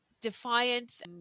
Defiant